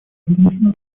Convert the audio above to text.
аргентина